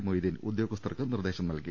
മൊയ്തീൻ ഉദ്യോഗസ്ഥർക്ക് നിർദ്ദേശം നൽകി